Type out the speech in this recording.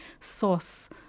source